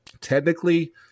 technically